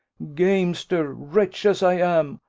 gamester wretch, as i am,